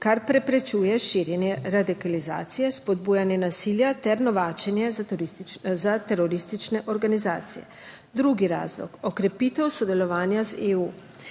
kar preprečuje širjenje radikalizacije, spodbujanje nasilja ter novačenje za teroristične organizacije. Drugi razlog, okrepitev sodelovanja z EU.